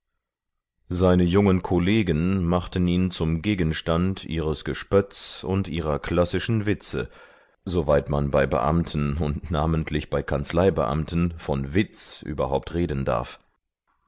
seine jungen kollegen machten ihn zum gegenstand ihres gespötts und ihrer klassischen witze soweit man bei beamten und namentlich bei kanzleibeamten von witz überhaupt reden darf